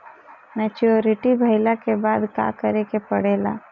Maturity भईला के बाद का करे के पड़ेला?